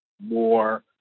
more